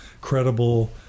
credible